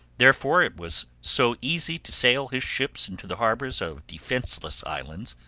therefore, it was so easy to sail his ships into the harbors of defenceless islands,